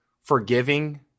forgiving